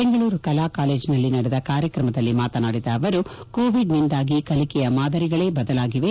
ಬೆಂಗಳೂರು ಕಲಾ ಕಾಲೇಜ್ನಲ್ಲಿ ನಡೆದ ಕಾರ್ಯಕ್ರಮದಲ್ಲಿ ಮಾತನಾಡಿದ ಅವರು ಕೋವಿಡ್ನಿಂದಾಗಿ ಕಲಿಕೆಯ ಮಾದರಿಗಳೇ ಬದಲಾಗಿವೆ